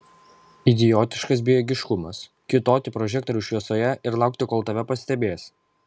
idiotiškas bejėgiškumas kiūtoti prožektoriaus šviesoje ir laukti kol tave pastebės